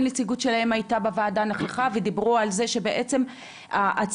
הנציגות שלהם הייתה בוועדה ודיברו על זה שבעצם הצוות